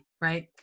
right